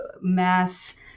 mass